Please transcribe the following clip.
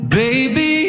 baby